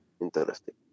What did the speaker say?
Interesting